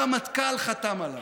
הרמטכ"ל חתם עליו.